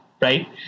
right